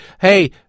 hey